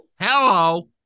Hello